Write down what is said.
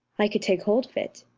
i could take hold of it.